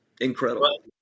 Incredible